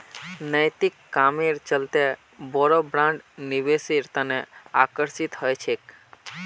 नैतिक कामेर चलते बोरो ब्रैंड निवेशेर तने आकर्षित ह छेक